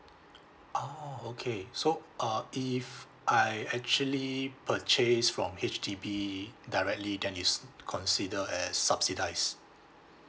oh okay so uh if I actually purchase from H_D_B directly then is consider as subsidise